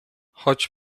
choć